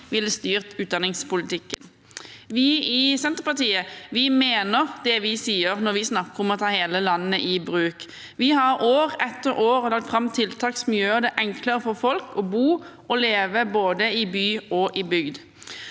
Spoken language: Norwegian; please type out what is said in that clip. ville styrt utdanningspolitikken. Vi i Senterpartiet mener det vi sier, når vi snakker om å ta hele landet i bruk. Vi har år etter år lagt fram tiltak som gjør det enklere for folk å bo og leve både i by og i bygd.